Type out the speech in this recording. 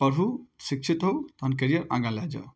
पढ़ू शिक्षित होउ तखन कैरियर आगाँ लए जाउ